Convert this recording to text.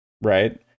right